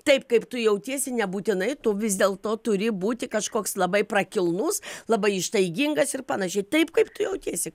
taip kaip tu jautiesi nebūtinai tu vis dėl to turi būti kažkoks labai prakilnus labai ištaigingas ir panašiai taip kaip tu jautiesi